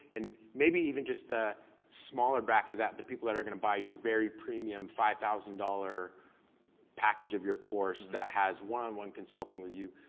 and maybe even the smaller bracket of that, the people that are gonna buy your very premium five thousand dollars package of your course that has one on one consulting with you,